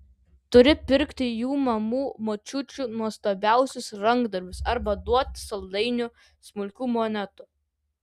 turi pirkti jų mamų močiučių nuostabiuosius rankdarbius arba duoti saldainių smulkių monetų